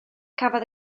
cafodd